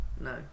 No